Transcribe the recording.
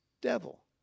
devil